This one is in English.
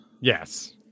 Yes